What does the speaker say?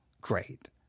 great